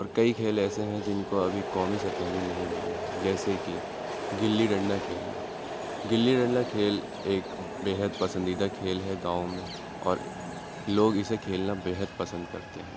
اور کئی کھیل ایسے ہیں جن کو ابھی قومی سطح بھی نہیں ملی جیسے کہ گلی ڈنڈا کھیلنا گلی ڈنڈا کھیل ایک بے حد پسندیدہ کھیل ہے گاؤں میں اور لوگ اسے کھیلنا بے حد پسند کرتے ہیں